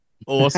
Awesome